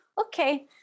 okay